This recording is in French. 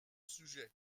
sujet